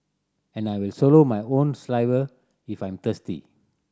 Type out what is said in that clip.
and I will swallow my own saliva if I'm thirsty